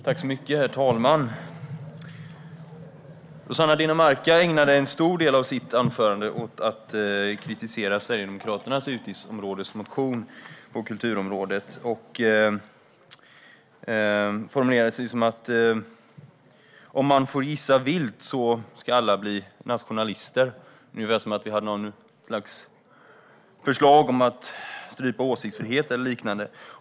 Herr talman! Rossana Dinamarca ägnade en stor del av sitt anförande åt att kritisera Sverigedemokraternas utgiftsområdesmotion på kulturområdet. Det var formuleringar om att om man får gissa vilt ska alla bli nationalister, som om vi hade haft något slags förslag om att strypa åsiktsfriheten eller liknande.